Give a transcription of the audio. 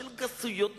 של גסויות נוראיות,